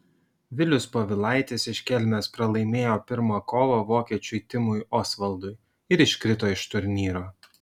vilius povilaitis iš kelmės pralaimėjo pirmą kovą vokiečiui timui osvaldui ir iškrito iš turnyro